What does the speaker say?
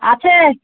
আছে